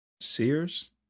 Sears